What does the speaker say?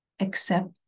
Accept